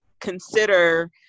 consider